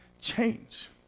change